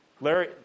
Larry